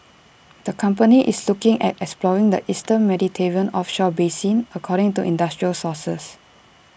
the company is looking at exploring the eastern Mediterranean offshore basin according to industry sources